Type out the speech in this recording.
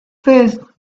faced